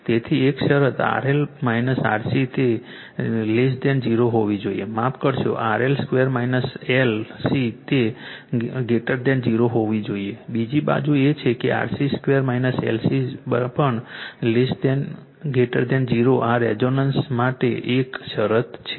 તેથી એક શરત RL RC છે તે 0 હોવી જોઈએ માફ કરશો RL2 LC તે 0 હોવું જોઈએ બીજી બાબત એ છે કે RC 2 LC પણ 0 આ રેઝોનન્સ માટેની એક શરત છે